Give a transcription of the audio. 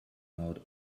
out